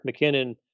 McKinnon